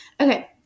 Okay